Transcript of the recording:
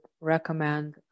recommend